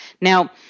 Now